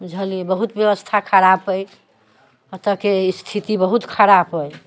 बुझलियै बहुत व्यवस्था खराब अइ एतऽके स्थिति बहुत खराब अइ